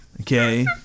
Okay